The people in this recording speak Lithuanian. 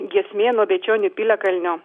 giesmė nuo bėčionių piliakalnio